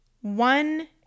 One